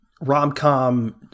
rom-com